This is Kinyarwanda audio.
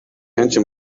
henshi